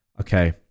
okay